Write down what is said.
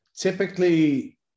typically